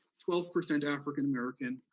twelve percent african american,